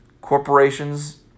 Corporations